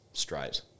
straight